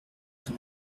dans